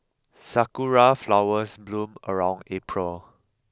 sakura flowers bloom around April